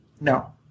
No